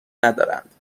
ندارند